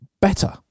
better